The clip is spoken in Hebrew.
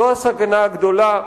זו הסכנה הגדולה,